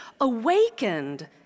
awakened